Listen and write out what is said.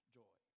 joy